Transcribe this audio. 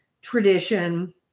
tradition